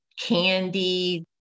candy